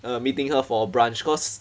uh meeting her for brunch cause